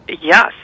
Yes